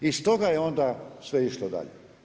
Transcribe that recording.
I stoga je onda sve išlo dalje.